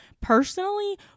personally